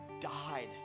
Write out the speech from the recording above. died